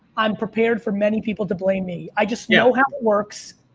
i'm prepared for many people to blame me. i just know how it works.